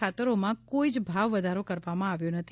ખાતરોમાં કોઇ જ ભાવ વધારો કરવામાં આવ્યો નથી